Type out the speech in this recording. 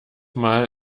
mal